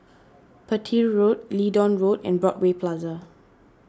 Petir Road Leedon Road and Broadway Plaza